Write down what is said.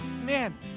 man